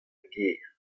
gêr